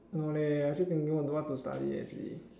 no leh I actually thinking what to what to study actually